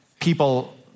people